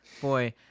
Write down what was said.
Boy